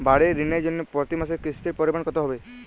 বাড়ীর ঋণের জন্য প্রতি মাসের কিস্তির পরিমাণ কত হবে?